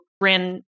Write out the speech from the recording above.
ran